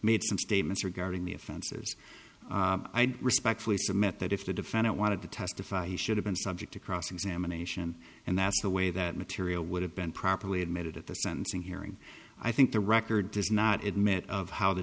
made some statements regarding the offenses i respectfully submit that if the defendant wanted to testify he should have been subject to cross examination and that's the way that material would have been properly admitted at the sentencing hearing i think the record does not admit of how the